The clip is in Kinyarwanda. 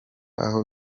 aho